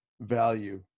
value